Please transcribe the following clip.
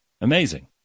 Amazing